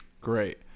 Great